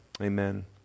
Amen